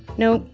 no,